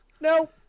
no